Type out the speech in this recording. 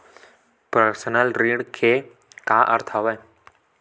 Personal ऋण के का अर्थ हवय?